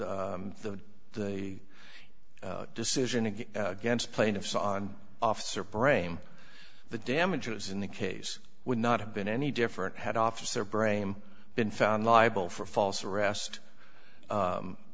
the the the decision again against plaintiffs on officer brame the damages in the case would not have been any different had officer brame been found liable for false arrest